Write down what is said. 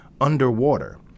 underwater